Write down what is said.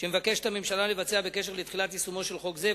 שהממשלה מבקשת לבצע בקשר לתחילת יישומו של חוק זה.